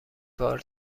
بار